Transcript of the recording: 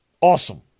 awesome